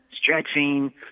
stretching